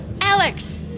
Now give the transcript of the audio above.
Alex